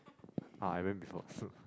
uh I went before